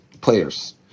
players